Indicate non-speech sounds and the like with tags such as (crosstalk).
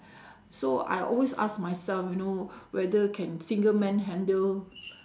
(breath) so I always ask myself you know (breath) whether can single man handle